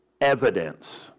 evidence